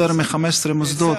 יותר מ-15 מוסדות,